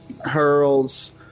hurls